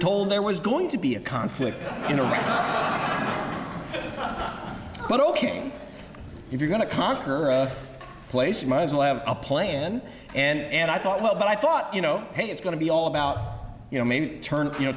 told there was going to be a conflict in iraq but ok if you're going to conquer a place you might as well have a plan and i thought well but i thought you know hey it's going to be all about you know maybe turn you know